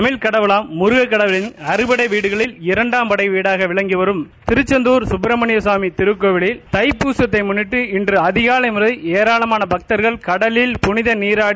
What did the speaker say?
தமிழ் கடவுளான் முருகன் கடவுளின் அறுபடை வீடுகளில் இரண்டாம் படை வீடாக விளங்கிவரும் திருச்செந்தூர் கட்பிரமணிய சுவாமி திருக்கோவிலில் தைப்பூசத்தை முன்னிட்டு இன்று அதிகாலை முதல் ஏராளமான பத்தர்கள் கடலில் புனித நீராடி